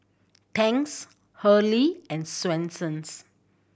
Tangs Hurley and Swensens